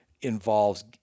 involves